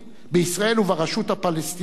בישראל וברשות הפלסטינית,